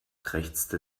krächzte